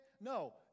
No